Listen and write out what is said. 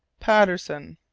patterson!